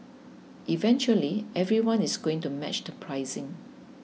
eventually everyone is going to match the pricing